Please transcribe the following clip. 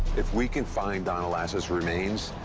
if we can find donna lass' remains,